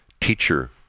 teacher